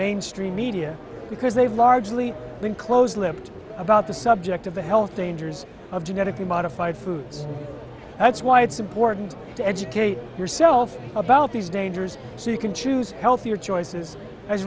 mainstream media because they've largely been close lipped about the subject of the health dangers of genetically modified foods that's why it's important to educate yourself about these dangers so you can choose healthier choices as